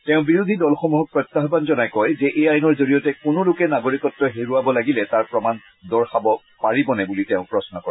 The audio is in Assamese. তেওঁ বিৰোধীদলসমূহক প্ৰত্যায়ান জনাই কয় যে এই আইনৰ জৰিয়তে কোনোলোকে নাগৰিকত্ব হেৰুওৱাব লাগিলে তাৰ প্ৰমাণ দৰ্শাব পাৰিবনে বুলি প্ৰশ্ন কৰে